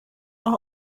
are